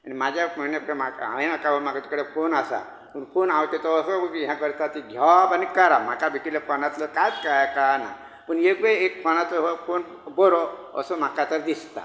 म्हाज्या फोना कडेन म्हाका हांवें आतां म्हाज्याकचे फोन आसा पूण हांव तेचो असो हें करतां की घेवप आनी करप म्हाका भितूल्लें फोनांतलें कांयच कळना पूण एकवेळ ए फोनाचो एक फोन बरो असो म्हाका तर दिसता